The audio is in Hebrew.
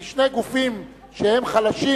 כי שני גופים שהם חלשים,